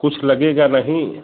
कुछ लगेगा नहीं